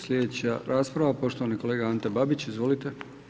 Sljedeća rasprava poštovani kolega Ante Babić, izvolite.